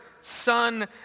Son